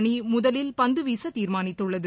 அணிமுதலில் பந்துவீசதீர்மானித்துள்ளது